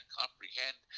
comprehend